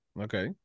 Okay